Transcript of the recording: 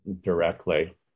directly